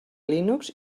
linux